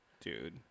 dude